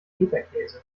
fetakäse